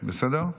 בסדר?